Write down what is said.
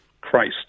Christ